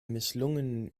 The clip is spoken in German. misslungenen